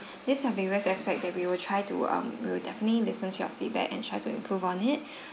these are various aspect that we will try to um we'll definitely listen to your feedback and try to improve on it